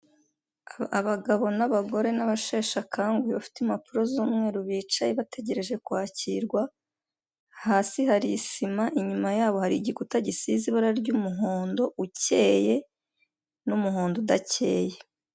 Abagabo n'abagore n'abasheshakanguhe bafite impapuro z'umweru bicaye bategereje kwakirwa, hasi hari sima inyuma yabo hari igikuta gisize ibara ry'umuhondo ukeyeye n'umuhondo udakeye.